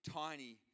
tiny